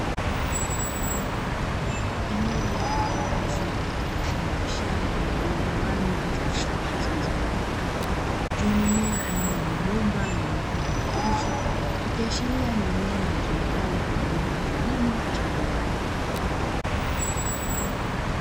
Eneo la wazi mfano wa shamba, lililogawanywa katika safu zilizonyooka, zenye migomba aina ya migomba yenye mikungu ya ndizi, ikiashiria ni eneo litumikalo kwa ajili ya kilimo cha viwanda.